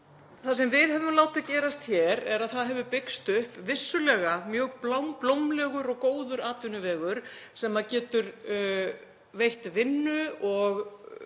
Það sem við höfum látið gerast hér er að það hefur byggst upp vissulega mjög blómlegur og góður atvinnuvegur sem getur veitt vinnu um